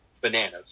bananas